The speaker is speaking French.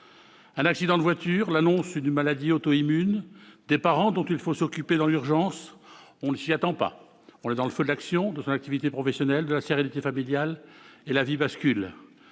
un accident de voiture, l'annonce d'une maladie auto-immune, des parents dont il faut s'occuper dans l'urgence : on ne s'y attend pas, on est dans le feu de l'action, on exerce son activité professionnelle, on jouit de la sérénité familiale, mais la vie bascule.